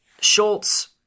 Schultz